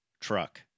truck